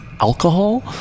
alcohol